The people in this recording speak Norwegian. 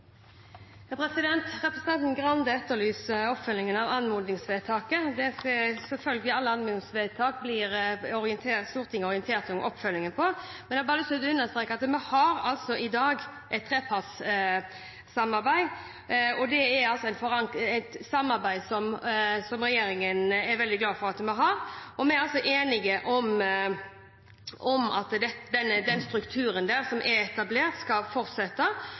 Representanten Grande etterlyser oppfølgingen av anmodningsvedtaket. Alle anmodningsvedtak blir selvfølgelig Stortinget orientert om oppfølgingen av. Men jeg har bare lyst til å understreke at vi har altså i dag et trepartssamarbeid, og det er et samarbeid som regjeringen er veldig glad for at vi har. Vi er enige om at den strukturen som er etablert, skal fortsette,